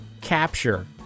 capture